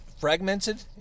fragmented